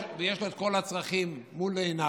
ויש לו את כל הצרכים מול עיניו,